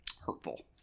Hurtful